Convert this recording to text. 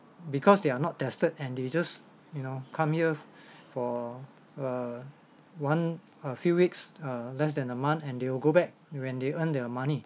because they are not tested and they just you know come here for err one a few weeks err less than a month and they will go back when they earn their money